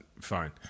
Fine